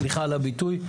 סליחה על הביטוי,